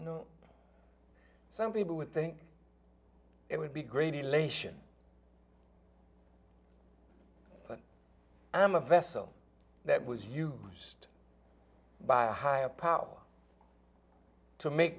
you know some people would think it would be great elation and i'm a vessel that was used by a higher power to make